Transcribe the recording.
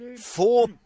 four